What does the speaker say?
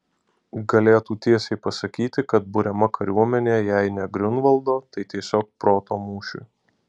galėtų tiesiai pasakyti kad buriama kariuomenė jei ne griunvaldo tai tiesiog proto mūšiui